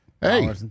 Hey